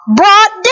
brought